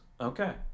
Okay